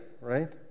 right